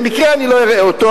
במקרה אני לא אראה אותו,